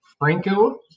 Franco